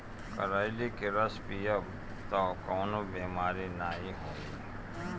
करइली के रस पीयब तअ कवनो बेमारी नाइ होई